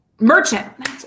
merchant